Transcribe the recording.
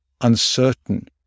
uncertain